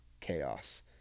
chaos